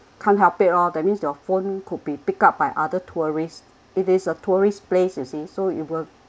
can't help it loh that means your phone could be picked up by other tourists it is a tourist place you see so it will